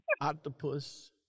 Octopus